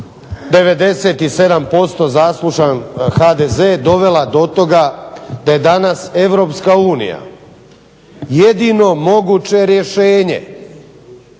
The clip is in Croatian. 97% zaslužan HDZ dovela do toga da je danas EU jedino moguće rješenje